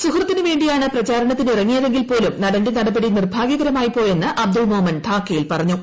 സുഹൃത്തിന് വേണ്ടിയാണ് പ്രചാരണത്തിന് ഇറങ്ങിയതെങ്കിൽ പോലും നടന്റെ നടപടി നിർഭാഗൃകരമായിപ്പോയെന്ന് അബ്ദുൾ മോമൻ ധാക്കയിൽ പറഞ്ഞു